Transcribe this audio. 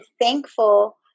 thankful